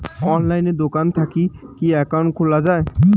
অনলাইনে দোকান থাকি কি একাউন্ট খুলা যায়?